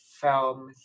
film